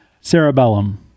Cerebellum